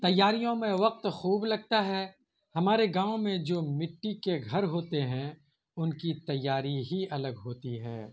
تیاریوں میں وقت خوب لگتا ہے ہمارے گاؤں میں جو مٹی کے گھر ہوتے ہیں ان کی تیاری ہی الگ ہوتی ہے